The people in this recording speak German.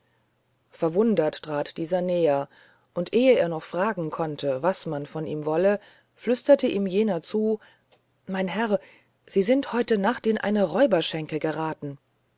verwundert trat dieser näher und ehe er noch fragen konnte was man von ihm wolle flüsterte ihm jener zu mein herr sie sind heute nacht in eine räuberschenke geraten